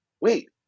wait